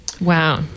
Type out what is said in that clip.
wow